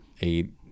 eight